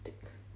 steak